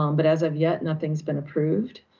um but as of yet, nothing has been approved.